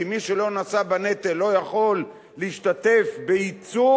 כי מי שלא נשא בנטל לא יכול להשתתף בעיצוב